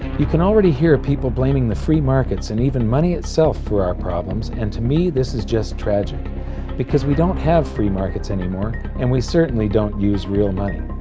you can already hear people blaming the free markets and even money itself for our problems and to me this is just tragic because we don't have free markets any more and we certainly don't use real money,